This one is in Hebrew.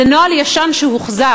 זה נוהל ישן שהוחזר.